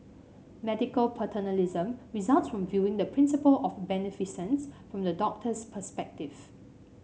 medical paternalism results from viewing the principle of beneficence from the doctor's perspective